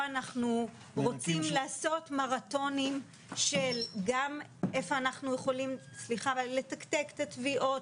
אנחנו רוצים לעשות מרתונים של גם איפה אנחנו יכולים לתקתק את התביעות,